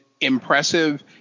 impressive